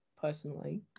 personally